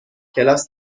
کلاس